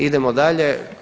Idemo dalje.